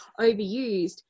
overused